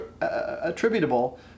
attributable